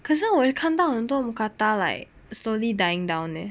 可是我看到很多 mookata like slowly dying down there